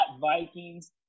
Vikings